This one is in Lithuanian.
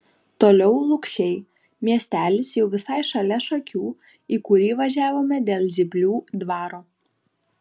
toliau lukšiai miestelis jau visai šalia šakių į kurį važiavome dėl zyplių dvaro